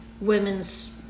women's